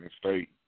state